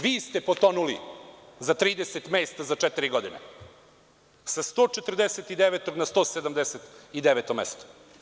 Vi ste potonuli za 30 mesta za četiri godine, sa 149 na 179 mesto.